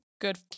good